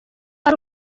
ari